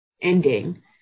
ending